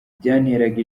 byanteraga